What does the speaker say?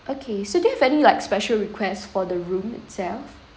okay so do you have any like special requests for the room itself